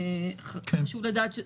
חשוב לדעת.